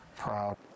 Proud